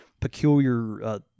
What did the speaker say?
peculiar